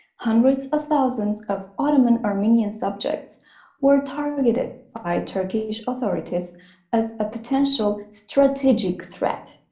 hundreds of thousands of ottoman armenian subjects were targeted by turkish authorities as a potential strategic threat.